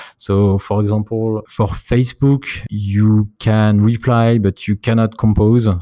so for example for facebook, you can reply but you cannot compose, and